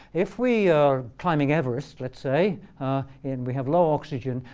if we are climbing everest let's say and we have low oxygen,